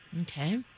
Okay